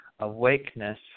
awakeness